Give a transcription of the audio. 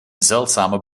zeldzame